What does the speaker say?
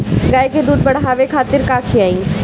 गाय के दूध बढ़ावे खातिर का खियायिं?